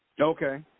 Okay